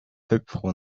hopeful